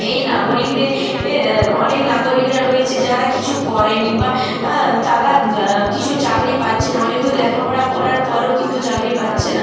এই নাগরিকদের এর অনেক নাগরিকরা রয়েছে যারা কিছু করে নি বা তারা কিছু চাকরি পাচ্ছে না অনেক দূর লেখাপড়া করার পরও কিন্তু চাকরি পাচ্ছে না